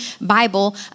Bible